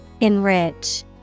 enrich